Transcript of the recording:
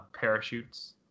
parachutes